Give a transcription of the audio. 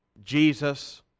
jesus